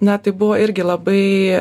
na tai buvo irgi labai